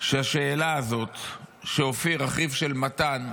שהשאלה הזאת שאופיר, אחיו של מתן,